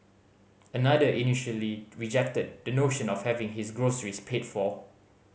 another initially rejected the notion of having his groceries paid for